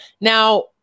Now